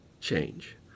change